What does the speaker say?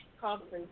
conference